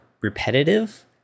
repetitive